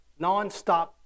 nonstop